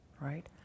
right